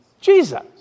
Jesus